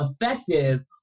effective